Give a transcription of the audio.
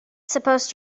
supposed